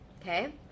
Okay